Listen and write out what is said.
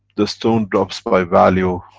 the stone drops by value,